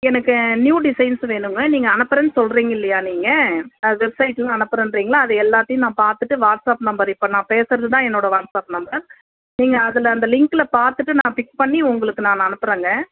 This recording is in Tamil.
எனக்கு நியூ டிசைன்ஸ் வேணுங்க நீங்கள் அனுப்புறேன்னு சொல்லுறீங்க இல்லையா நீங்கள் அது வெப்சைட்லேருந்து அனுப்பறேன்றீங்களே அது எல்லாத்தையும் நான் பார்த்துட்டு வாட்ஸ்அப் நம்பர் நான் இப்போ பேசுகிறது தான் என்னோட வாட்ஸ்அப் நம்பர் நீங்கள் அதில் அந்த லிங்க்கில் பார்த்துட்டு நான் பிக் பண்ணி நான் உங்களுக்கு நான் அனுப்புகிறேங்க